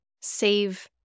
save